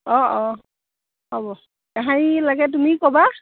অঁ অঁ হ'ব কাহানি লাগে তুমি ক'বা